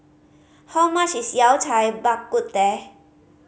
how much is Yao Cai Bak Kut Teh